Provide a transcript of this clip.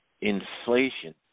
inflation